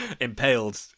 Impaled